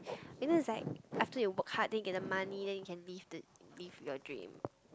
you know it's like after you work hard then you get the money then you can live the live your dream